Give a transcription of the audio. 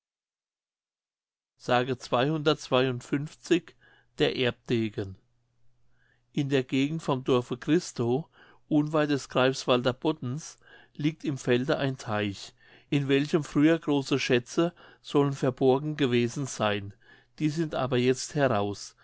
s der erbdegen in der gegend vom dorfe gristow unweit des greifswalder boddens liegt im felde ein teich in welchem früher große schätze sollen verborgen gewesen seyn die sind aber jetzt heraus